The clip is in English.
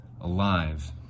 alive